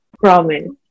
promise